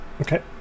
Okay